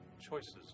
Choices